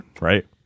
Right